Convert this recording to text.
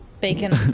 Bacon